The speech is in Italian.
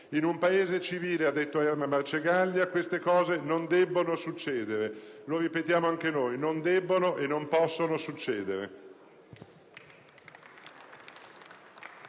In un paese civile, ha detto Emma Marcegaglia, queste cose non debbono succedere; lo ripetiamo anche noi: non debbono e non possono succedere.